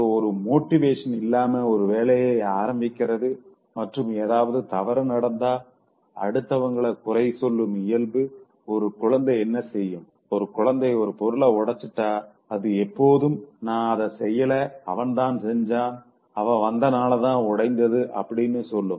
so எந்த ஒரு மோட்டிவேஷனும் இல்லாம ஒரு வேலய ஆரம்பிக்கிறது மற்றும் ஏதாவது தவறு நடந்தா அடுத்தவங்கள குறை சொல்லும் இயல்பு ஒரு குழந்தை என்ன செய்யும் ஒரு குழந்தை ஒரு பொருள உடச்சிட்டா அது எப்போதும்நா அத செய்யல அவன்தா செஞ்சான் அவ வந்த நாளாதா உடைந்தது அப்படின்னு சொல்லும்